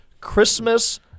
Christmas